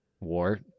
war